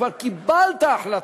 כבר קיבלת החלטה,